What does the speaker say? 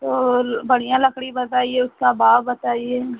तो बढ़ियाँ लकड़ी बताइए उसका भाव बताइए